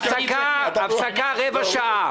הפסקה רבע שעה.